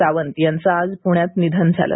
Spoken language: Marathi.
सावंत यांचं आज प्ण्यात निधन झालं